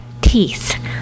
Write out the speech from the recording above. teeth